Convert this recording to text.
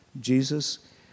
Jesus